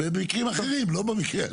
במקרים אחרים, לא במקרה הזה.